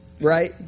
Right